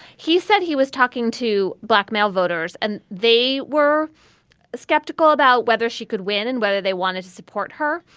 he said he was talking to black male voters and they were skeptical about whether she could win and whether they wanted to support her.